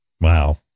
wow